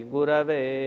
Gurave